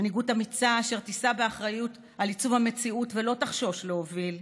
מנהיגות אמיצה אשר תישא באחריות לעיצוב המציאות ולא תחשוש להוביל,